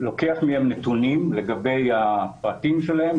לוקח מהם נתונים לגבי הפרטים שלהם,